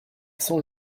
cent